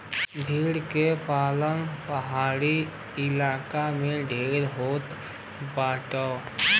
भेड़ के पालन पहाड़ी इलाका में ढेर होत बाटे